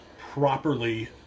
properly